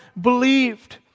believed